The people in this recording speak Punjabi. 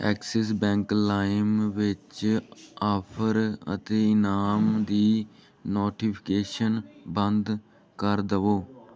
ਐਕਸਿਸ ਬੈਂਕ ਲਾਇਮ ਵਿੱਚ ਆਫ਼ਰ ਅਤੇ ਇਨਾਮ ਦੀ ਨੋਟੀਫਿਕੇਸ਼ਨ ਬੰਦ ਕਰ ਦੇਵੋ